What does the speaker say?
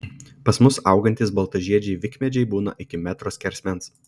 pas mus augantys baltažiedžiai vikmedžiai būna iki metro skersmens